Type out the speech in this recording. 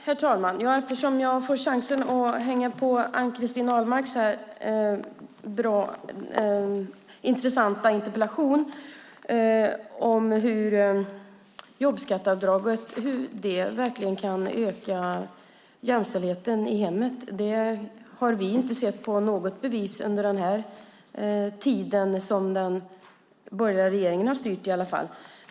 Herr talman! Jag får nu chansen att hänga på Ann-Christin Ahlbergs intressanta interpellation. Att jobbskatteavdraget verkligen kan öka jämställdheten i hemmet har vi inte sett något bevis på under den tid som den borgerliga regeringen har styrt.